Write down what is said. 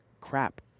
crap